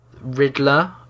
Riddler